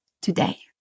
today